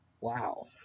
Wow